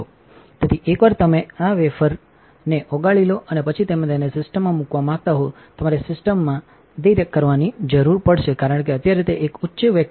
તેથી એકવાર તમે તમારા વેફરને ઓગાળી લો અને તમે તેને સિસ્ટમમાં મૂકવા માંગતા હો તમારે સિસ્ટમ inંધી કરવાની જરૂર પડશે કારણ કે અત્યારે તે એક ઉચ્ચ વેક્યૂમ છે